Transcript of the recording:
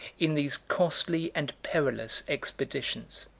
in these costly and perilous expeditions.